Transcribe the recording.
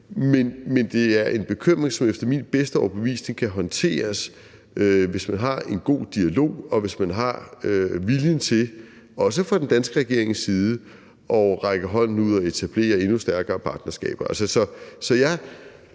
Men det er en bekymring, som efter min bedste overbevisning kan håndteres, hvis man har en god dialog, og hvis man har viljen til – også fra den danske regerings side – at række hånden ud og etablere endnu stærkere partnerskaber.